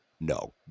no